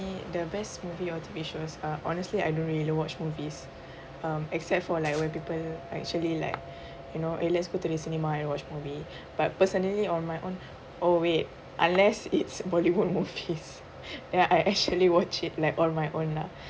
the best movie or T_V shows uh honestly I don't really watch movies um except for like when people actually like you know eh let's go to the cinema and watch movie but personally on my own oh wait unless it's bollywood movies then I actually watch it like on my own lah